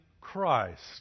Christ